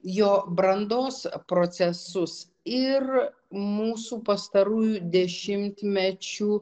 jo brandos procesus ir mūsų pastarųjų dešimtmečių